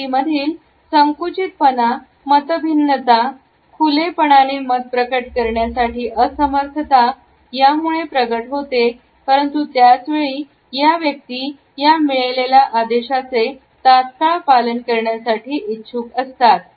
व्यक्तींमधील संकुचितपणा मतभिन्नता खुलेपणाने मत प्रकट करण्यासाठी असमर्थता यामुळे प्रगट होते परंतु याच वेळी या व्यक्ती या मिळालेल्या आदेशाचे तात्काळ पालन करण्यासाठी इच्छुक असतात